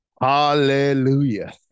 Hallelujah